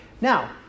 Now